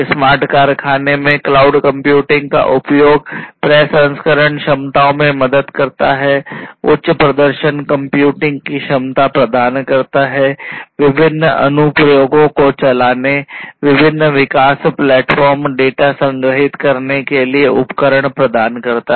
smart कारखाने में cloud computing का उपयोग प्रसंस्करण क्षमताओं में मदद करता है उच्च प्रदर्शन कंप्यूटिंग की क्षमता प्रदान करता है विभिन्न अनुप्रयोगों को चलाने विभिन्न विकास प्लेटफ़ॉर्म डेटा संग्रहीत करने के लिए उपकरण प्रदान करता है